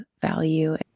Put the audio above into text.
value